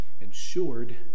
ensured